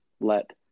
let